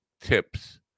tips